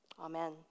Amen